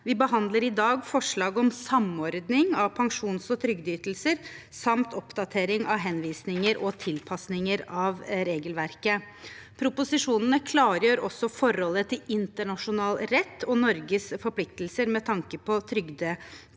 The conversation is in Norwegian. Vi behandler i dag forslag om samordning av pensjons- og trygdeytelser samt oppdatering av henvisninger og tilpasninger av regelverket. Proposisjonene klargjør også forholdet til internasjonal rett og Norges forpliktelser med tanke på trygdekoordinering.